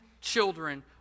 children